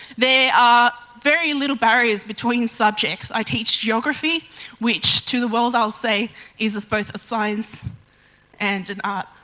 there are very little barriers between subjects, i teach geography which to the world i'll say is is both a science and an art.